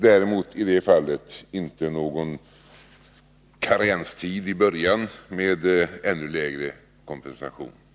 Däremot föreslår vi i det fallet inte någon karenstid med ännu lägre kompensation i början.